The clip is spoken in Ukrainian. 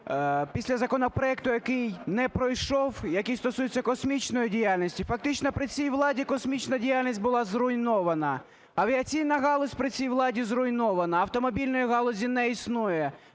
після законопроекту, який не пройшов, який стосується космічної діяльності. Фактично при цій владі космічна діяльність була зруйнована, авіаційна галузь при цій владі зруйнована, автомобільної галузі не існує,